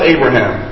Abraham